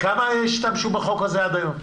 כמה השתמשו בחוק הזה עד היום?